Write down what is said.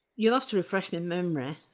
you'll have to refresh my memory.